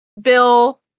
Bill